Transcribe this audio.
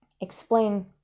explain